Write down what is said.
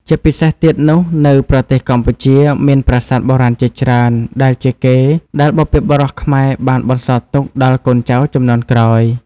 ជាពិសេសទៀតនោះនៅប្រទេសកម្ពុជាមានប្រាសាទបុរាណជាច្រើនដែលជាកេរ្តិ៍ដែលបុព្វបុរសខ្មែរបានបន្សល់ទុកដល់កូនចៅជំនាន់ក្រោយ។